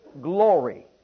glory